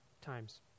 times